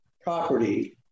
property